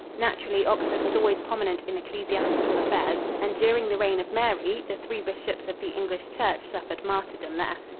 naturally, oxford was always prominent in ecclesiastical affairs and during the reign of mary the three bishops of the english church suffered martyrdom there.